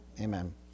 Amen